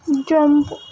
jump